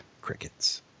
Crickets